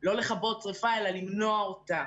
לא לבות שריפה אלא למנוע את השריפה.